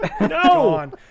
No